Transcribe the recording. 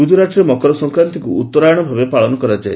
ଗୁଜରାଟରେ ମକର ସଂକ୍ରାନ୍ତିକୁ ଉତ୍ତରାୟଣ ଭାବେ ପାଳନ କରାଯାଏ